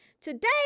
Today